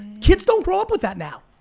kids don't grow up with that now.